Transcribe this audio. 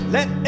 Let